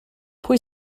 pwy